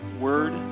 word